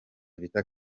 vita